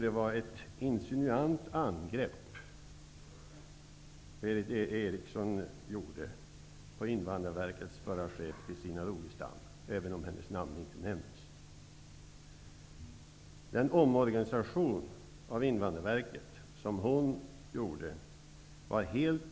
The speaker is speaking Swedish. Det var ett insinuant angrepp som Berith Eriksson gjorde på Invandrarverkets förra chef Christina Rogestam, även om hennes namn inte nämndes. Den omorganisation av Invandrarverket som hon gjorde var helt